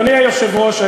אדוני היושב-ראש,